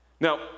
now